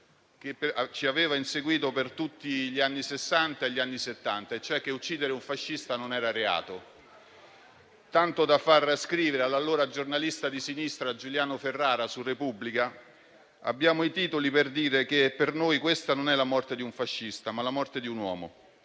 che ci aveva inseguito per tutti gli anni Sessanta e gli anni Settanta, e cioè che uccidere un fascista non era reato, tanto da far scrivere all'allora giornalista di sinistra Giuliano Ferrara su Repubblica: «Abbiamo i titoli per dire che per noi questa non è la morte di un fascista, ma la morte di un uomo.